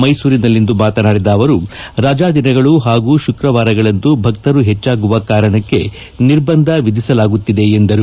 ಮೈಸೂರಿನಲ್ಲಿಂದು ಮಾತನಾಡಿದ ಅವರು ರಜಾ ದಿನಗಳು ಹಾಗೂ ಶುಕ್ರವಾರಗಳಂದು ಭಕ್ತರು ಹೆಚ್ಚಾಗುವ ಕಾರಣಕ್ಕೆ ನಿರ್ಬಂಧ ವಿಧಿಸಲಾಗುತ್ತಿದೆ ಎಂದರು